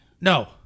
No